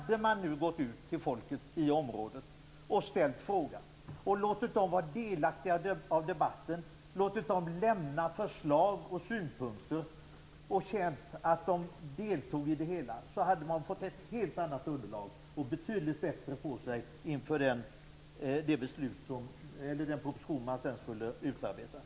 Om man nu hade gått ut till folket i området och ställt frågan, låtit dem vara delaktiga i debatten, låtit dem lämna förslag och synpunkter, hade man fått ett helt annat underlag och betydligt bättre på sig inför den proposition som skulle utarbetas.